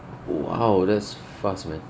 !wow! that's fast man